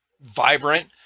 vibrant